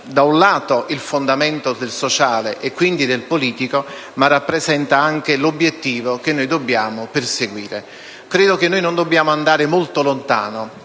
da un lato, il fondamento del sociale e quindi del politico ma, dall'altro, rappresenta anche l'obiettivo che noi dobbiamo perseguire. Non dobbiamo andare molto lontano